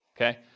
okay